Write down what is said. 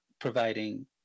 providing